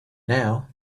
now